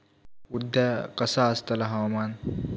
उद्या कसा आसतला हवामान?